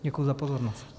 Děkuji za pozornost.